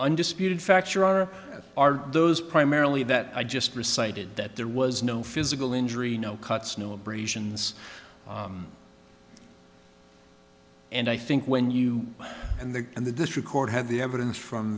undisputed facts are are are those primarily that i just recited that there was no physical injury no cuts no abrasions and i think when you and the and the district court had the evidence from